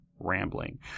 rambling